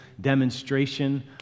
demonstration